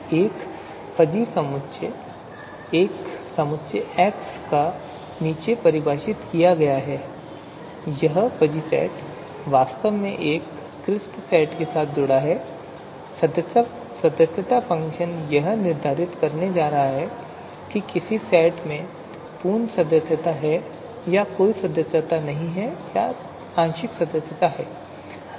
एक फजी समुच्चय एक समुच्चय X का नीचे परिभाषित किया गया है यह फ़ज़ी सेट वास्तव में एक क्रिस्प सेट के साथ जुड़ा हुआ है सदस्यता फ़ंक्शन यह निर्धारित करने जा रहा है कि किसी सेट मैं पूर्ण सदस्यता है या कोई सदास्यता नहीं है या आंशिक सदास्यता है